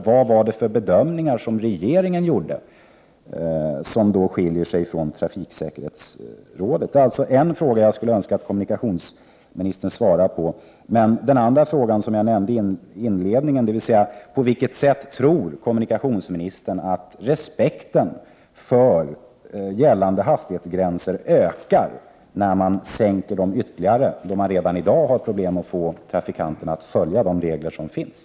Vad var det för bedömningar som regeringen gjorde som skilde sig från trafiksäkerhetsrådets? Det är en fråga som jag skulle önska att kommunikationsministern svarar på. Den andra frågan nämnde jag i inledningen. På vilket sätt tror kommunikationsministern att respekten för gällande hastighetsgränser ökar om de sänks ytterligare, när man redan i dag har problem att få trafikanterna att följa de regler som finns?